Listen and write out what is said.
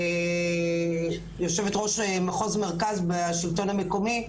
גם כיושבת ראש מחוז מרכז בשלטון המקומי.